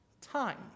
time